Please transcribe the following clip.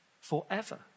forever